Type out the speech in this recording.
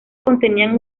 contenían